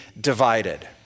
divided